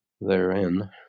therein